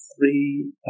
three